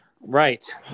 Right